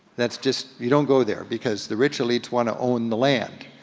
that's just, you don't go there, because the rich elites wanna own the land.